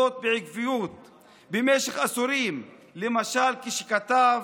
הוא עשה זאת בעקביות במשך עשורים, למשל, כשכתב,